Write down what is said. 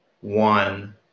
one